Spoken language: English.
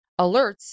alerts